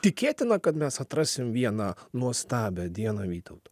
tikėtina kad mes atrasim vieną nuostabią dieną vytautą